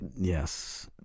Yes